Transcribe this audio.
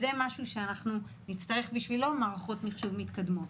זה משהו שנצטרך בשבילו מערכות מחשוב מתקדמות.